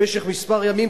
במשך כמה ימים,